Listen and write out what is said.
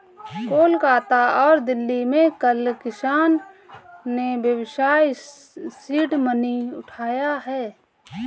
कोलकाता और दिल्ली में कल किसान ने व्यवसाय सीड मनी उठाया है